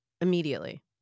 immediately